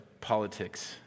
politics